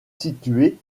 situées